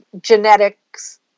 genetics